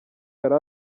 yari